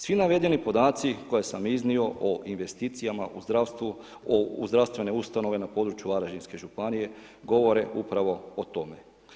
Svi navedeni podaci, koje sam iznio o investicijama u zdravstvu, u zdravstvene ustanove na području Varaždinske županije, govore upravio o tome.